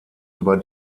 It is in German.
über